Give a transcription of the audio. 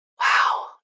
wow